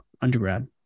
undergrad